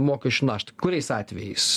mokesčių naštą kuriais atvejais